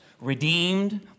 Redeemed